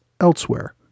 elsewhere